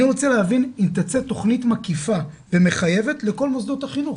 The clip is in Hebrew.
אני רוצה להבין אם תצא תכנית מקיפה ומחייבת לכל מוסדות החינוך,